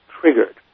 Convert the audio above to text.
triggered